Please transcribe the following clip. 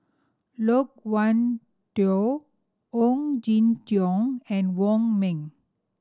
Loke Wan Tho Ong Jin Teong and Wong Ming